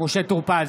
משה טור פז,